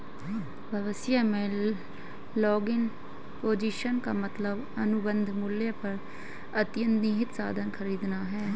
भविष्य में long position का मतलब अनुबंध मूल्य पर अंतर्निहित साधन खरीदना है